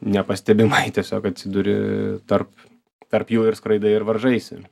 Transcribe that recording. nepastebimai tiesiog atsiduri tarp tarp jų ir skraidai ir varžaisi